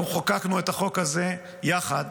אנחנו חוקקנו את החוק הזה יחד,